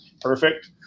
perfect